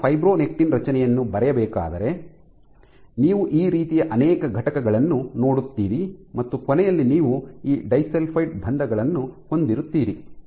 ನಾನು ಫೈಬ್ರೊನೆಕ್ಟಿನ್ ರಚನೆಯನ್ನು ಬರೆಯಬೇಕಾದರೆ ನೀವು ಈ ರೀತಿಯ ಅನೇಕ ಘಟಕಗಳನ್ನು ನೋಡುತ್ತೀರಿ ಮತ್ತು ಕೊನೆಯಲ್ಲಿ ನೀವು ಈ ಡೈಸಲ್ಫೈಡ್ ಬಂಧಗಳನ್ನು ಹೊಂದಿರುತ್ತೀರಿ